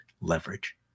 leverage